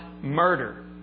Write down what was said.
murder